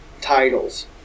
titles